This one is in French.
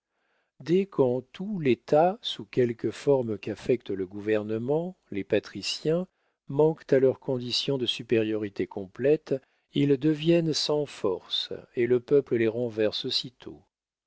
dès qu'en tout état sous quelque forme qu'affecte le gouvernement les patriciens manquent à leurs conditions de supériorité complète ils deviennent sans force et le peuple les renverse